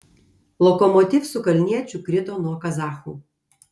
lokomotiv su kalniečiu krito nuo kazachų